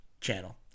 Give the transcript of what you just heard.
channel